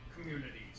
communities